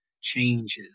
changes